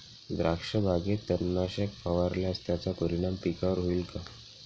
द्राक्षबागेत तणनाशक फवारल्यास त्याचा परिणाम पिकावर होईल का?